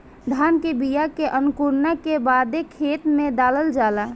धान के बिया के अंकुरला के बादे खेत में डालल जाला